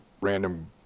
random